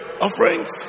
Offerings